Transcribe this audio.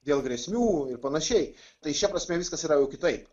dėl grėsmių ir panašiai tai šia prasme viskas yra jau kitaip